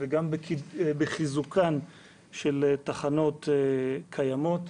וגם בחיזוקן של תחנות קיימות,